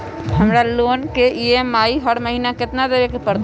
हमरा लोन के ई.एम.आई हर महिना केतना देबे के परतई?